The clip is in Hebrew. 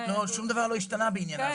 שום דבר לא השתנה בעניינה.